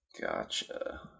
Gotcha